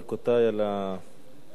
ברכותי על התפקיד.